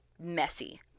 messy